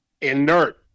inert